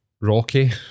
Rocky